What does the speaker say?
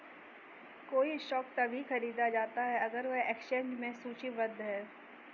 कोई स्टॉक तभी खरीदा जाता है अगर वह एक्सचेंज में सूचीबद्ध है